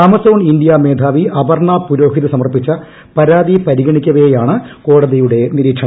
Amazon India മേധാവി അപർണാ പുരോഹിത് സമർപ്പിച്ച പരാതി പരിഗണിക്കവേയാണ് കോടതിയുടെ നിരീക്ഷണം